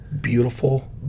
beautiful